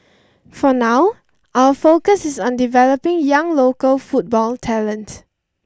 for now our focus is on developing young local football talent